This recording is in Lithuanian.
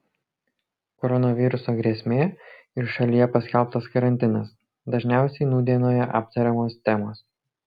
koronaviruso grėsmė ir šalyje paskelbtas karantinas dažniausiai nūdienoje aptariamos temos